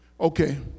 Okay